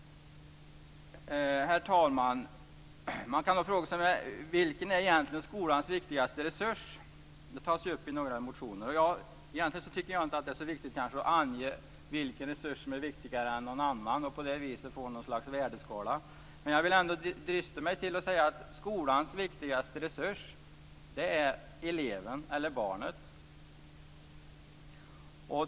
Herr talman! Vilken är egentligen skolans viktigaste resurs? Den frågan tas upp i några motioner. Egentligen är det kanske inte så viktigt att ange vilken resurs som är viktigare än en annan resurs för att på det viset få ett slags värdeskala. Jag vill ändå drista mig till att säga att skolan viktigaste resurs är eleven/barnet.